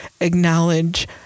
acknowledge